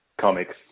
comics